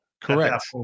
Correct